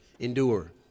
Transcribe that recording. endure